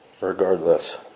regardless